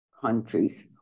countries